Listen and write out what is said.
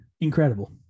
incredible